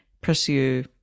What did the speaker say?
pursue